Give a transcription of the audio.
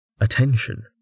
attention